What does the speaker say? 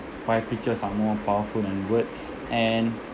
why pictures are more powerful than words and